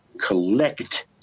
collect